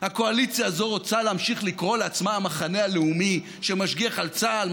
הקואליציה הזו רוצה לקרוא לעצמה המחנה הלאומי שמשגיח על צה"ל,